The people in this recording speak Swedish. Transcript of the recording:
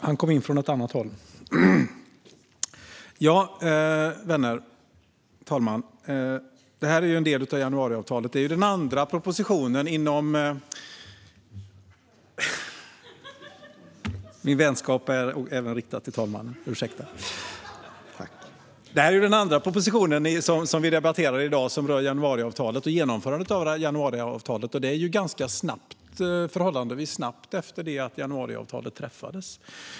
Herr talman! Det här är den andra propositionen som vi debatterar i dag som rör januariavtalet och genomförandet av det. Det är förhållandevis snabbt efter det att januariavtalet träffades.